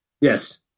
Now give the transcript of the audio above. Yes